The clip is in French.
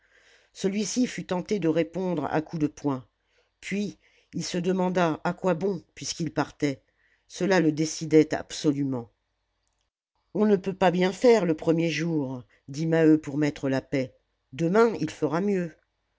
celui-ci fut tenté de répondre à coups de poing puis il se demanda à quoi bon puisqu'il partait cela le décidait absolument on ne peut pas bien faire le premier jour dit maheu pour mettre la paix demain il fera mieux